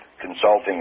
consulting